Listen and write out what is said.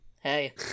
Hey